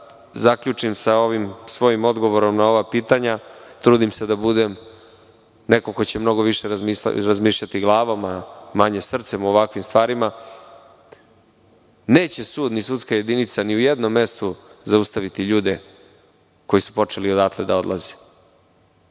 zaključim sa ovim svojim dogovorom na ova pitanja, trudim se da budem neko ko će mnogo više razmišljati glavom, a manje srcem u ovakvim stvarima, neće sud ni sudska jedinica ni u jednom mestu zaustaviti ljude koji su počeli odatle da odlaze.